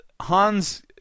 Hans